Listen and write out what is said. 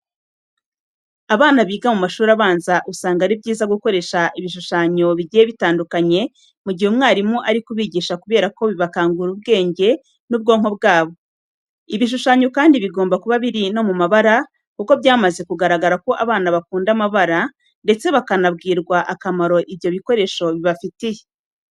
Abana biga mu mashuri abanza usanga ari byiza gukoresha ibishushanyo bigiye bitandukanye mu gihe umwarimu ari kubigisha kubera ko bikangura ubwenge n'ubwonko bwabo. Ibishushanyo kandi bigomba kuba biri no mu mabara kuko byamaze kugaragara ko abana bakunda amabara ndetse bakanabwirwa akamaro ibyo bikoresho bibafitiye.